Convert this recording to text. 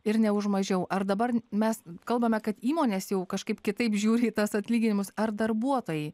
ir ne už mažiau ar dabar mes kalbame kad įmonės jau kažkaip kitaip žiūri į tas atlyginimus ar darbuotojai